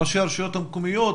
ראשי הרשויות המקומיות.